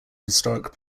historic